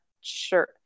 sure